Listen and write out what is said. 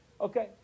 Okay